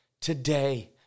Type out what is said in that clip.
today